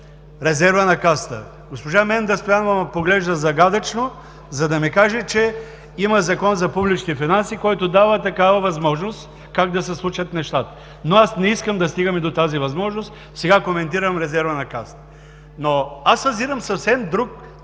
резерва на Касата. Госпожа Менда Стоянова ме поглежда загадъчно, за да ми каже, че има Закон за публични финанси, който дава такава възможност – как да се случат нещата. Аз обаче не искам да стигаме до тази възможност. Сега коментирам резерва на Касата. Съзирам съвсем друг,